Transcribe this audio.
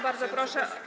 Bardzo proszę.